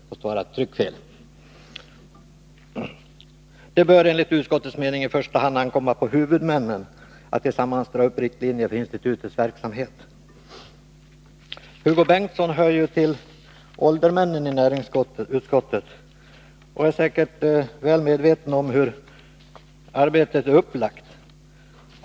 Vidare säger utskottet: ”Det bör enligt utskottets mening i första hand ankomma på huvudmännen att tillsammans dra upp riktlinjer för institutets verksamhet —-—-—-.” Hugo Bengtsson hör till åldermännen i näringsutskottet och är säkert väl medveten om hur arbetet är upplagt.